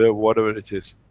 ah whatever it is.